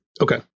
okay